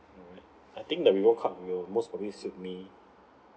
all right I think the reward card will most probably suit me